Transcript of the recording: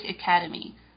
Academy